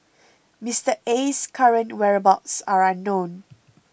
Mister Aye's current whereabouts are unknown